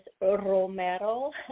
Romero